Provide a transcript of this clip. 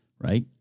right